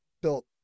built